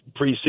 preseason